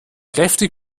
kräftig